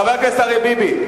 חבר הכנסת אריה ביבי,